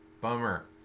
bummer